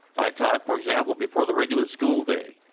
i taught for example before the regular school day.